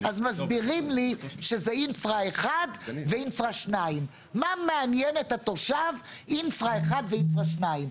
אז מסבירים לי שזה "אינפרא 1" ו"אינפרא 2". מה מעניין את התושב "אינפרא 1" ו"אינפרא 2"?